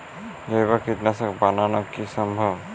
জৈব কীটনাশক বানানো কি সম্ভব?